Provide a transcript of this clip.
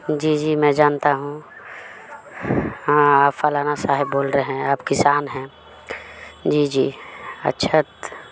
جی جی میں جانتا ہوں ہاں آپ فالانہ صاحب بول رہے ہیں آپ کسان ہیں جی جی اچھا ا